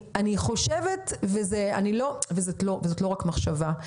וזאת לא הייתה רק מחשבה.